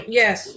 yes